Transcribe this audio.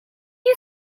you